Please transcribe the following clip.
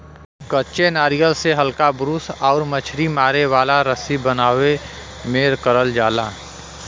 कच्चे नारियल से हल्का ब्रूस आउर मछरी मारे वाला रस्सी बनावे में करल जाला